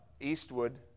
Eastwood